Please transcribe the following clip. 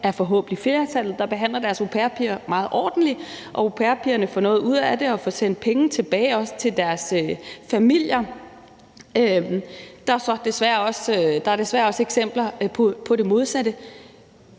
er forhåbentlig flertallet, hvor au pair-pigerne får noget ud af det og får sendt penge tilbage til deres familier, mens der så desværre også er eksempler på det modsatte.